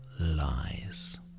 lies